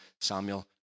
Samuel